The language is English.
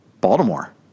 Baltimore